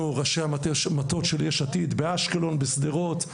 חברינו, ראשי המטות של יש עתיד באשקלון, בשדרות,